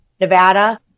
Nevada